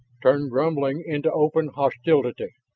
turned grumbling into open hostility.